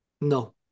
No